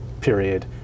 period